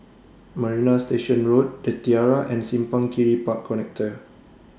Marina Station Road The Tiara and Simpang Kiri Park Connector